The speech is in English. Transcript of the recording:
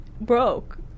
broke